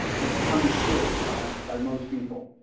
you know, understood by by most people.